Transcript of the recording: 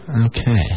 Okay